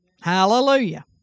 Hallelujah